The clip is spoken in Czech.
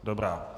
Dobrá.